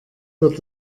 wird